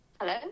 Hello